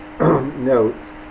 notes